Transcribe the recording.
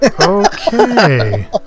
Okay